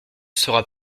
seras